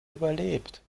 überlebt